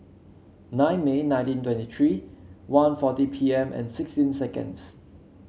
nine May nineteen twenty three one forty P M and sixteen seconds